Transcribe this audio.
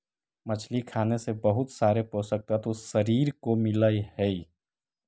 मछली खाने से बहुत सारे पोषक तत्व शरीर को मिलअ हई